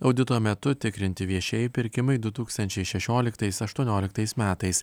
audito metu tikrinti viešieji pirkimai du tūkstančiai šešioliktais aštuonioliktais metais